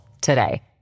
today